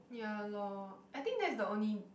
ya lor I think that is the only